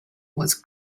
was